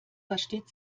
versteht